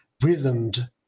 rhythmed